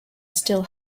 still